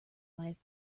life